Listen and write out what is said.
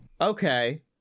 Okay